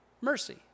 mercy